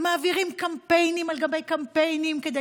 ומעבירים קמפיינים על גבי קמפיינים כדי